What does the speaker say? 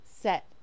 set